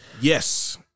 Yes